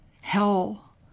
hell